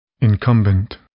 Incumbent